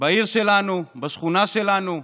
בעיר שלנו, בשכונה שלנו,